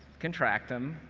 contract them,